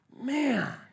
man